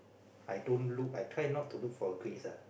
I don't look I try not to look for grades ah